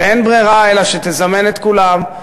אין ברירה אלא שתזמן את כולם,